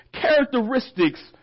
characteristics